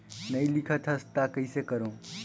नी लिखत हस ता कइसे करू?